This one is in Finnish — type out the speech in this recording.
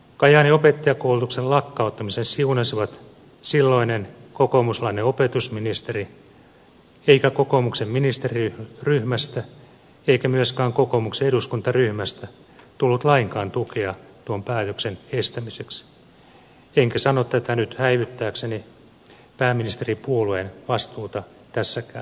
kajaanin opettajakoulutuksen lakkauttamisen siunasi silloinen kokoomuslainen opetusministeri eikä kokoomuksen ministeriryhmästä eikä myöskään kokoomuksen eduskuntaryhmästä tullut lainkaan tukea tuon päätöksen estämiseksi enkä sano tätä nyt häivyttääkseni pääministeripuolueen vastuuta tässäkään asiassa